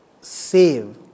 save